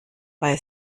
bei